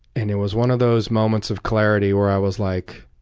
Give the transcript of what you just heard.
and it was one of those moments of clarity where i was like,